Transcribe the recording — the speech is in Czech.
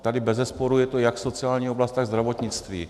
Tady bezesporu je to jak sociální oblast, tak zdravotnictví.